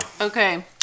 Okay